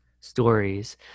stories